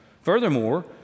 Furthermore